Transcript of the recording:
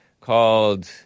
called